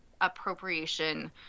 appropriation